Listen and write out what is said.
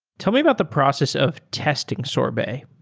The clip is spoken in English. tell me about the process of testing sorbet.